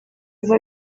biva